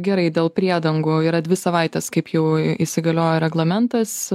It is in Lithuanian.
gerai dėl priedangų yra dvi savaitės kaip jau įsigaliojo reglamentas